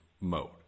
mode